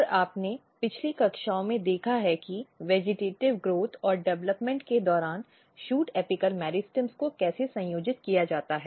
और आपने पिछली कक्षाओं में देखा है कि वेजिटेटिव़ ग्रोथ और डेवलपमेंट के दौरान शूट एपिक मेरिस्टम्स को कैसे संयोजित किया जाता है